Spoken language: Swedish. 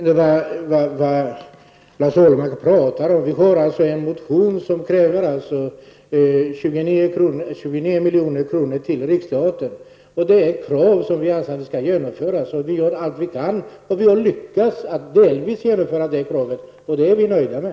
Herr talman! Jag vet inte vad Lars Ahlmark pratar om. Vi har en motion som kräver 29 milj.kr. till Riksteatern. Det är ett krav som vi anser skall genomföras. Vi gör allt vi kan för detta och vi har lyckats att delvis genomföra det kravet. Det är vi nöjda med.